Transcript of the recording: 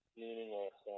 meaningless